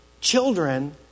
children